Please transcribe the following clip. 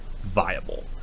viable